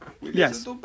yes